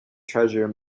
treasure